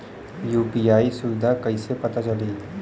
UPI सुबिधा कइसे पता चली?